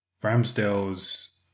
Ramsdale's